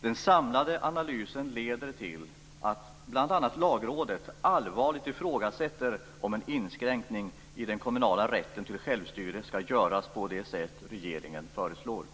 Den samlade analysen leder till att bl.a. Lagrådet allvarligt ifrågasätter om en inskränkning i den kommunala rätten till självstyrelse skall göras på det sätt som regeringen föreslår.